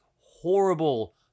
horrible